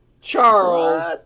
Charles